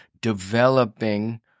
developing